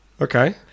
Okay